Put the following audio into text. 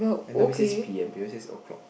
and nobody says P_M below says o-clock